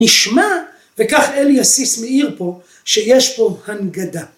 ‫נשמע, וכך אלי עסיס מעיר פה, ‫שיש פה הנגדה.